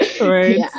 right